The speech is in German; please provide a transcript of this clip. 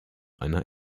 einer